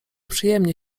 przyjemnie